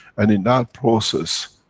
and in that process,